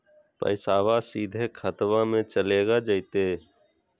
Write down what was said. पैसाबा सीधे खतबा मे चलेगा जयते?